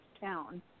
town